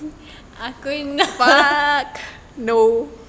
aku nak